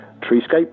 treescape